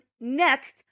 Next